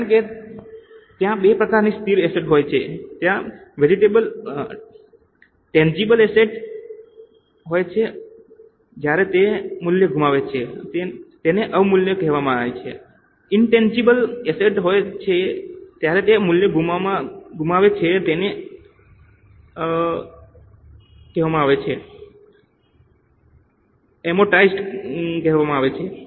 કારણ કે ત્યાં બે પ્રકારની સ્થિર એસેટ હોય છે ત્યાં ટેનજીબલ એસેટ હોય છે જ્યારે તે મૂલ્ય ગુમાવે છે તેને અવમૂલ્યન કહેવાય છે ઇનટેનજીબલ એસેટ હોય છે જ્યારે તે મૂલ્ય ગુમાવે છે તેને અમોર્ટાઇઝ્ડ કહેવામાં આવે છે